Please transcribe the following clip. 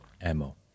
ammo